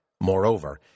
Moreover